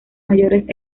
mayores